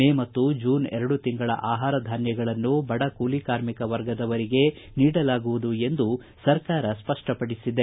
ಮೇ ಮತ್ತು ಜೂನ್ ಎರಡು ತಿಂಗಳ ಆಹಾರ ಧಾನ್ತಗಳನ್ನು ಬಡ ಕೂಲಿಕಾರ್ಮಿಕ ವರ್ಗದವರಿಗೆ ನೀಡಲಾಗುವುದು ಎಂದು ಸರ್ಕಾರ ಸ್ವಷ್ಪಪಡಿಸಿದೆ